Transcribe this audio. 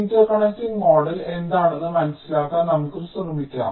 interconnecting model എന്താണെന്ന് മനസ്സിലാക്കാൻ നമ്മുക്കു ശ്രമിക്കാം